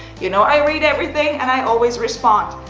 you know i read everything and i always respond.